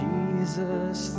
Jesus